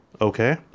Okay